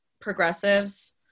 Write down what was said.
progressives